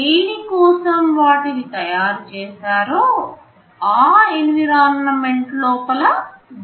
దేనికోసం వాటిని తయారు చేశారో ఆ ఎన్విరాన్మెంట్ లోపల దాచబడ్డాయి